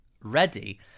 ready